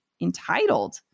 entitled